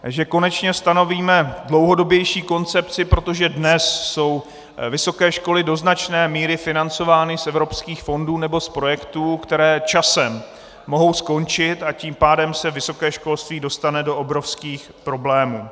Že konečně stanovíme dlouhodobější koncepci, protože dnes jsou vysoké školy do značné míry financovány z evropských fondů nebo z projektů, které časem mohou skončit, a tím pádem se vysoké školství dostane do obrovských problémů.